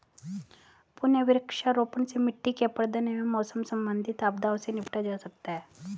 पुनः वृक्षारोपण से मिट्टी के अपरदन एवं मौसम संबंधित आपदाओं से निपटा जा सकता है